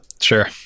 sure